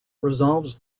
resolves